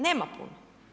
Nema puno.